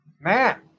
man